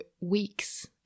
weeks